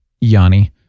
Yanni